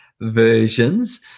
versions